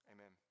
Amen